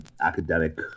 academic